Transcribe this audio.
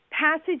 passage